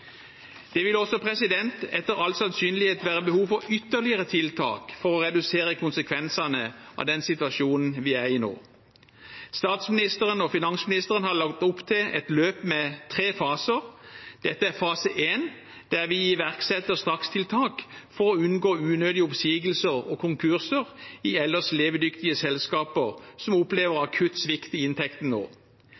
Det vil også etter all sannsynlighet være behov for ytterligere tiltak for å redusere konsekvensene av den situasjonen vi er i nå. Statsministeren og finansministeren har lagt opp til et løp med tre faser. Dette er fase én, der vi iverksetter strakstiltak for å unngå unødige oppsigelser og konkurser i ellers levedyktige selskaper som opplever